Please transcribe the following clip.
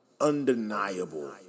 undeniable